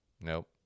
Nope